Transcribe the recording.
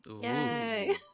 Yay